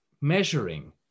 measuring